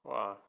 !wah!